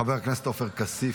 חבר הכנסת עופר כסיף,